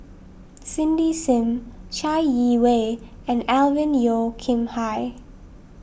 Cindy Sim Chai Yee Wei and Alvin Yeo Khirn Hai